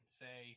say